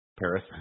Paris